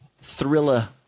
thriller